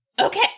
Okay